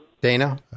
Dana